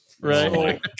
Right